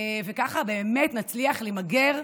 וכך באמת נצליח למגר,